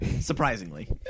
Surprisingly